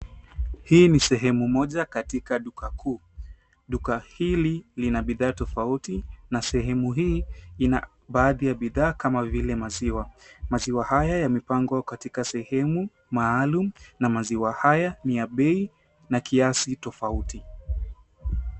Hii ni sehemu moja katika duka kuu. Duka hili lina bidha tofauti na sehemu hii ina baadhi ya bidhaa kama vile maziwa. Maziwa haya yamepangwa katika sehemu maalum na maziwa haya ni ya bei na kiasi tofauti.